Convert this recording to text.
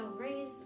raise